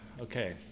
okay